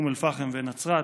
אום אל-פחם ונצרת.